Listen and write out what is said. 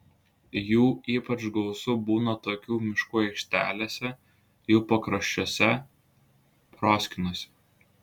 jų ypač gausu būna tokių miškų aikštelėse jų pakraščiuose proskynose